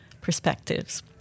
perspectives